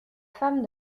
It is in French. femme